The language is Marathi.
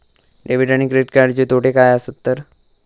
डेबिट आणि क्रेडिट कार्डचे तोटे काय आसत तर?